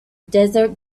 desert